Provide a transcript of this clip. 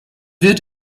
wird